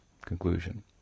Conclusion